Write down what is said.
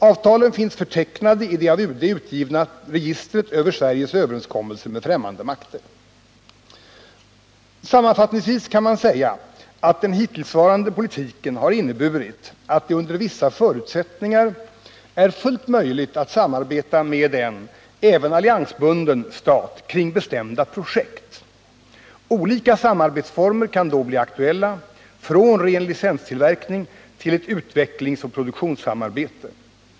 Avtalen finns förtecknade i det av UD utgivna registret över Sveriges överenskommelser med främmande makter. Sammanfattningsvis kan man säga att den hittillsvarande politiken har inneburit att det under vissa förutsättningar är fullt möjligt att samarbeta med en — även alliansbunden — stat kring bestämda projekt. Olika samarbetsformer kan då bli aktuella — från ren licenstillverkning till ett utvecklingsoch produktionssamarbete.